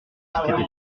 s’était